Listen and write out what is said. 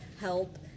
help